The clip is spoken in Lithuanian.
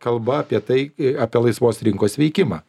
kalba apie tai apie laisvos rinkos veikimą